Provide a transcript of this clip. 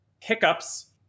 hiccups